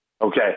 Okay